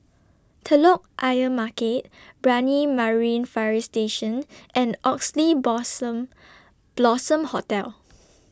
Telok Ayer Market Brani Marine Fire Station and Oxley Blossom Hotel